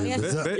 כן.